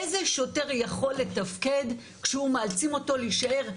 איזה שוטר יכול לתפקד כשהוא מאלצים אותו להישאר שלדי.